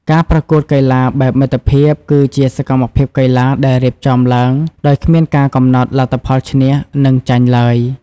ការប្រកួតកីឡាបែបមិត្តភាព គឺជាសកម្មភាពកីឡាដែលរៀបចំឡើងដោយគ្មានការកំណត់លទ្ធផលឈ្នះ និងចាញ់ឡើយ។